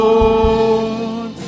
Lord